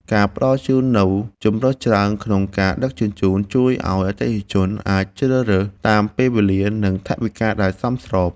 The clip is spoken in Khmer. ការផ្តល់ជូននូវជម្រើសច្រើនក្នុងការដឹកជញ្ជូនជួយឱ្យអតិថិជនអាចជ្រើសរើសតាមពេលវេលា និងថវិកាដែលសមស្រប។